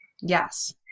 Yes